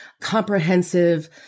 comprehensive